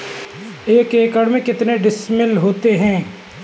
एक एकड़ में कितने डिसमिल होता है?